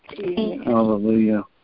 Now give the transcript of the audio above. Hallelujah